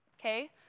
okay